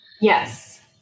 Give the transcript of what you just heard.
Yes